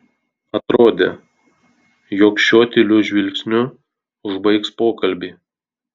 atrodė jog šiuo tyliu žvilgsniu užbaigs pokalbį